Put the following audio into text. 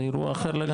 זה אירוע אחר לגמרי.